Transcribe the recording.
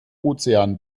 ozean